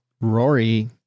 Rory